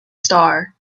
star